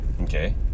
Okay